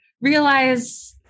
realize